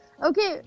Okay